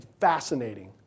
Fascinating